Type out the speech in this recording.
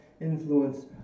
influence